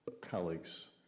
colleagues